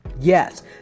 Yes